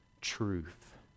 truth